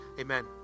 Amen